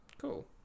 Cool